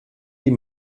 die